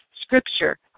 scripture